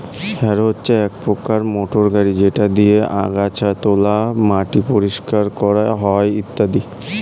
harrow হচ্ছে এক প্রকার মোটর গাড়ি যেটা দিয়ে আগাছা তোলা হয়, মাটি পরিষ্কার করা হয় ইত্যাদি